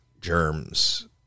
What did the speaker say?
germs